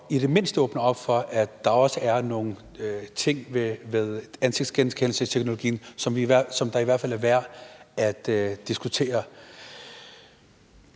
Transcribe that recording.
i det mindste åbner op for, at der også er nogle ting ved ansigtsgenkendelsesteknologien, som der i hvert fald er værd at diskutere.